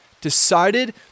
decided